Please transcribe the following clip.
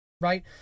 right